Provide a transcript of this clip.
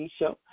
show